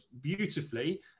beautifully